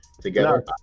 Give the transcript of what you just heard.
together